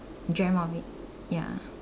dreamt of it ya